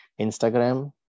Instagram